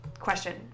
Question